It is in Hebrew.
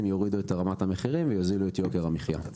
יורידו את רמת המחירים ויוזילו את יוקר המחייה.